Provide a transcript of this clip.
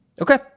Okay